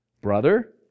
brother